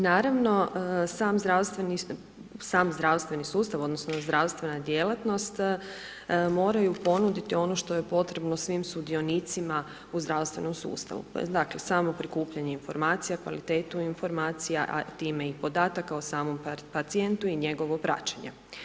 Naravno sam zdravstveni sustav odnosno zdravstvena djelatnost moraju ponuditi ono što je potrebno svim sudionicima u zdravstvenom sustavu, dakle, samo prikupljanje informacija, kvalitetu informacija, a time i podataka o samom pacijentu i njegovo praćenje.